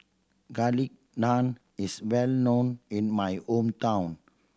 Garlic Naan is well known in my hometown